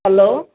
hello